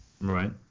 right